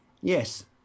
yes